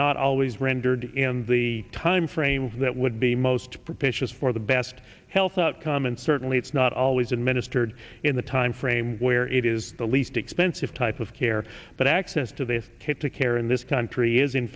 not always rendered in the timeframe that would be most propitious for the best health outcome and certainly it's not always administered in the timeframe where it is the least expensive type of care but access to this kid to care in this country is in